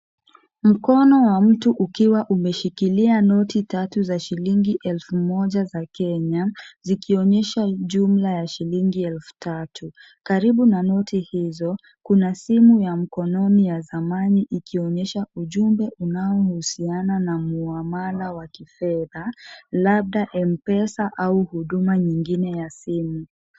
Mkono wa mtu ukiwa umeshikilia noti tatu za shilingi elfu moja za Kenya, zikionyesha jumla ya shilingi elfu tatu. Karibu na noti hizo, kuna simu ya mkononi ya zamani ikionyesha ujumbe unao husiana namwamala wa kifedha labda Mpesa au huduma nyingine ya simu.